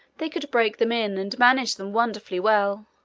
they could break them in and manage them wonderfully well.